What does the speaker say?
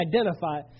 identify